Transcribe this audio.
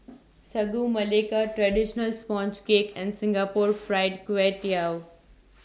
Sagu Melaka Traditional Sponge Cake and Singapore Fried Kway Tiao